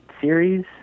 series